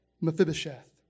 Mephibosheth